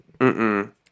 Mm-mm